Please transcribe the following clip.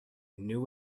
new